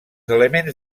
elements